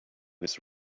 was